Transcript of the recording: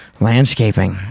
Landscaping